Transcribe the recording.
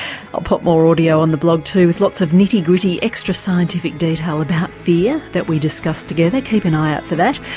i'll pop more audio on the blog too with lots of nitty gritty extra scientific detail about fear that we discussed together. keep an eye out for that.